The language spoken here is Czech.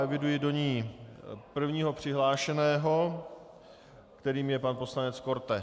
Eviduji do ní prvního přihlášeného, kterým je pan poslanec Korte.